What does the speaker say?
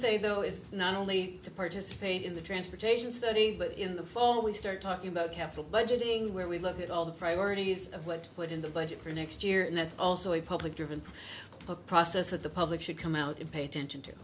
say though is not only to participate in the transportation study but in the fall we start talking about capital budgeting where we look at all the priorities of what put in the budget for next year and that's also a public driven process that the public should come out and pay attention to